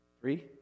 Three